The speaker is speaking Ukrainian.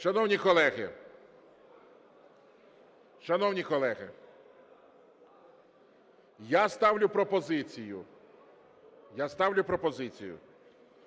шановні колеги, я ставлю пропозицію